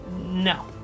No